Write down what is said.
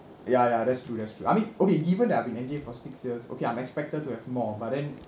ya ya that's true that's true I mean okay given that I'm in N_J for six years okay I'm expected to have more but then